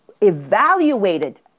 evaluated